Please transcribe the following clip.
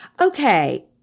Okay